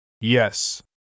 Yes